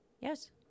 Yes